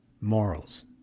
Morals